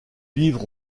livres